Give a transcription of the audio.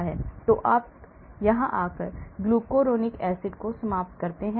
तो आप यहाँ आकर ग्लूकोसोनिक एसिड को समाप्त करते हैं